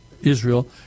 Israel